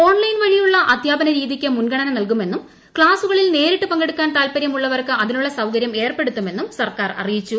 online വഴിയുള്ള അധ്യാപനരീതിക്ക് മുൻഗണന നൽകുമെന്നും ക്ലാസ്സുകളിൽ നേരിട്ട് പങ്കെടുക്കാൻ താല്പര്യമുള്ളവർക്ക് അതിനുള്ള സൌകരൃം ഏർപ്പെടുത്തുമെന്നും സർക്കാർ അറിയിച്ചു